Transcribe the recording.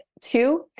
Two